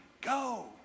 go